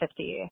50